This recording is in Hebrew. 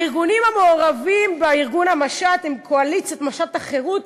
הארגונים המעורבים בארגון המשט הם "קואליציית משט החירות",